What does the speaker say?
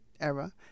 era